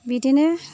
बिदिनो